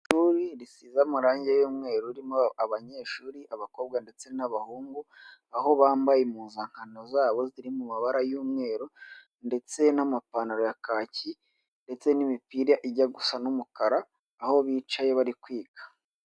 Ishuri risize amarangi y'umweru ririmo abanyeshuri abakobwa ndetse n'abahungu aho bambaye impuzankano zabo ziri mu mabara y'umweru ndetse n'amapantaro ya kaki ndetse n'imipira ijya gusa n'umukara aho bicaye bari kwiga.